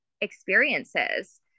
experiences